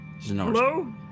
Hello